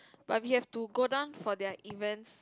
but we have to go down for their events